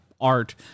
art